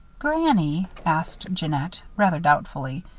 granny, asked jeannette, rather doubtfully,